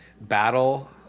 battle